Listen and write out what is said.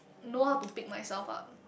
know how to pick myself up